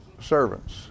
servants